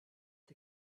der